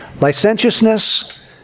Licentiousness